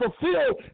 fulfilled